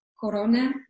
Corona